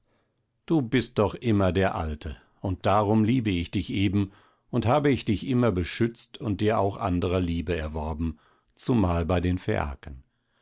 du bist doch immer der alte und darum liebe ich dich eben und habe dich immer beschützt und dir auch anderer liebe erworben zumal bei den